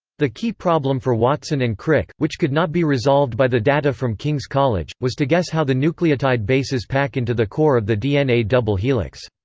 the key problem for watson and crick, which could not be resolved by the data from king's college, was to guess how the nucleotide bases pack into the core of the dna double helix.